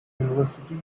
university